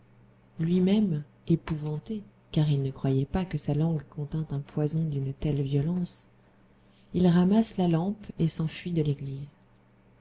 lui-même épouvanté car il ne croyait pas que sa langue contînt un poison d'une telle violence il ramasse la lampe et s'enfuit de l'église